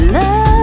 Love